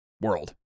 world